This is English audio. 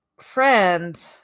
friend